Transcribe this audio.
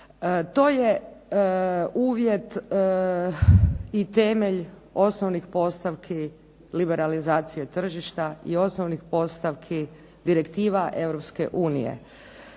To je uvjet i temelj osnovnih postavki liberalizacije tržišta i osnovnih postavki direktiva